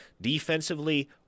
defensively